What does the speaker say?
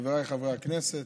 חבריי חברי הכנסת,